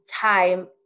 time